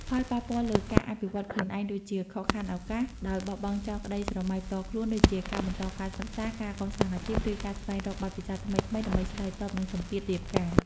ផលប៉ះពាល់លើការអភិវឌ្ឍខ្លួនឯង ដូចជាខកខានឱកាស ដោយបោះបង់ចោលក្តីស្រមៃផ្ទាល់ខ្លួន ដូចជាការបន្តការសិក្សា ការកសាងអាជីព ឬការស្វែងរកបទពិសោធន៍ថ្មីៗ ដើម្បីឆ្លើយតបនឹងសម្ពាធរៀបការ ។